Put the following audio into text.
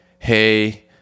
hey